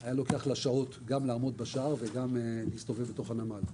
היה לוקח לה שעות גם לעמוד בשער וגם להסתובב בתוך הנמל.